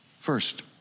First